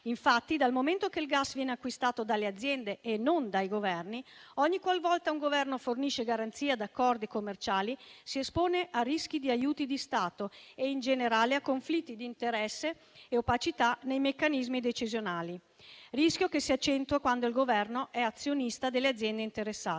Infatti, dal momento che il gas viene acquistato dalle aziende e non dai Governi, ogni qualvolta un Governo fornisce garanzie ad accordi commerciali si espone a rischi di aiuti di Stato e in generale a conflitti di interesse e opacità nei meccanismi decisionali. Tale rischio si accentua quando il Governo è azionista delle aziende interessate.